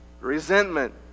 resentment